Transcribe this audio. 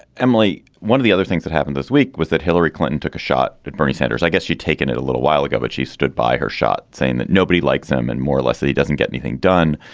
emily, one of the other things that happened this week was that hillary clinton took a shot at bernie sanders. i guess you'd taken it a little while ago, but she stood by her shot saying that nobody likes them and more or less he doesn't get anything done.